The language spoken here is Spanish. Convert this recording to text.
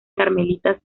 carmelitas